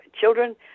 children